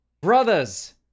Brothers